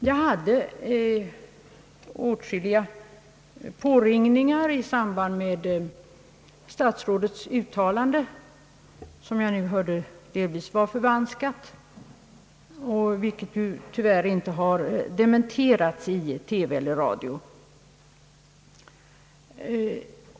Jag fick åtskilliga påringningar i samband med statsrådets uttalande, som jag nu hörde delvis var förvanskat — vilket tyvärr inte har dementerats i TV eller radio.